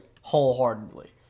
Wholeheartedly